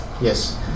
Yes